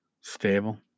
stable